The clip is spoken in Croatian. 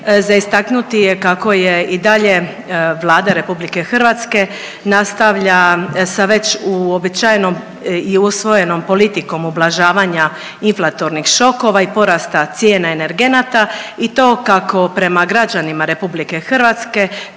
za istaknuti je kako je i dalje Vlade RH nastavlja sa već uobičajenom i usvojenom politikom ublažavanja inflatornih šokova i porasta cijene energenata i to kako prema građanima RH tako